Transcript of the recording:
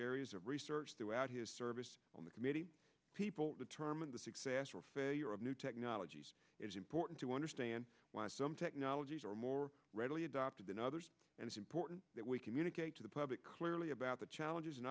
areas of research throughout his service on the committee people determine the success or failure of new technologies it's important to understand why some technologies are more readily adopted than others and it's important that we communicate to the public clearly about the challenges and